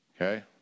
Okay